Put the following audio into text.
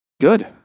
good